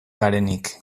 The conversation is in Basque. garenik